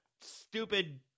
stupid